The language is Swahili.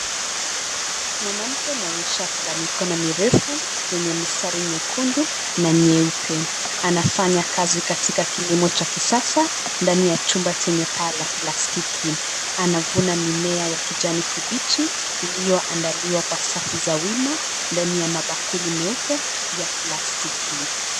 Mwanamke mwenye shati la mikono mirefu lenye mistari nyekundu na nyeupe anafanya kazi katika kilimo cha kisasa ndani ya chumba chenye paa la plastiki Anavuna mimea ya kijani kibichi ilioandaliwa kwa safu za wima ndani ya mabakuli meupe ya plastiki.